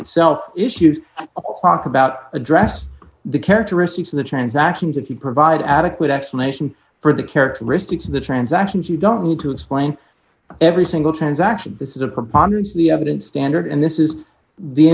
itself issues a clock about address the characteristics of the transactions if you provide adequate explanation for the characteristics of the transactions you don't need to explain every single transaction this is a preponderance of the evidence standard and this is the